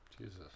Jesus